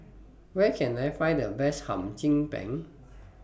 Where Can I Find The Best Hum Chim Peng